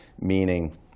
meaning